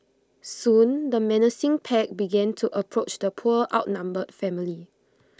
soon the menacing pack began to approach the poor outnumbered family